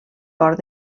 port